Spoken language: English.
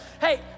Hey